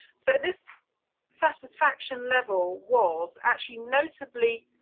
so this satisfaction level was actually notably